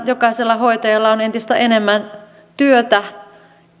jokaisella hoitajalla on entistä enemmän työtä